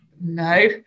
no